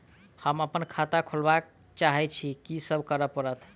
हम अप्पन खाता खोलब चाहै छी की सब करऽ पड़त?